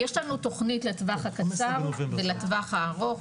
תוכנית לטווח הקצר ולטווח הארוך.